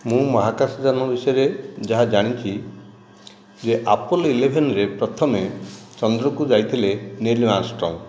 ମୁଁ ମହାକାଶଯାନ ବିଷୟରେ ଯାହା ଜାଣିଛି ଇଏ ଆପଲ ଇଲେଭେନରେ ପ୍ରଥମେ ଚନ୍ଦ୍ରକୁ ଯାଇଥିଲେ ନୀଲ୍ ଆର୍ମଷ୍ଟ୍ରଙ୍ଗ